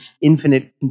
infinite